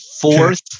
Fourth